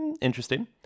interesting